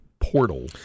portal